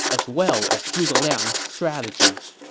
as well as zhuge liang's strategies.